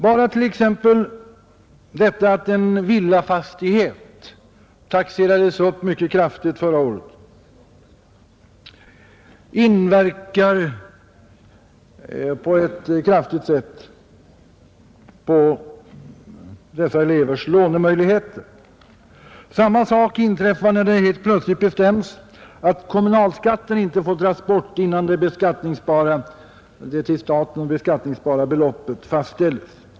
Bara t.ex. det förhållandet att en villafastighet taxerades upp mycket kraftigt förra året inverkar allvarligt på dessa elevers lånemöjligheter. Samma sak inträffar när det plötsligt bestäms att kommunalskatten inte får dras bort då det till staten beskattningsbara beloppet fastställes.